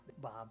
Bob